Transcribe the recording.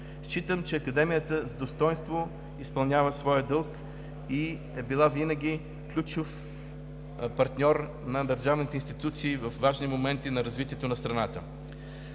Считам, че Академията с достойнство изпълнява своя дълг и е била винаги ключов партньор на държавните институции във важни моменти от развитието на страната.